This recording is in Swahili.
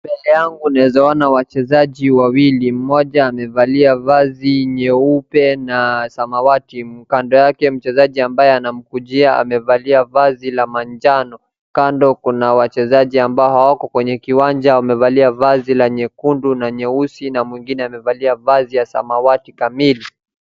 Wachezaji wawili mmoja amevalia vazi nyeupe na samawati, kando yake mchezaji ambaye anamkujia amevalia vazi la manjano, kando kuna wachezaji ambao hawako kwenye kiwanja wamevalia vazi la nyekundu na nyeusi na mwingine amevalia vazi la samawati kamili.